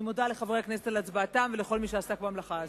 אני מודה לחברי הכנסת על הצבעתם ולכל מי שעסק במלאכה הזו.